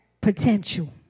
potential